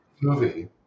movie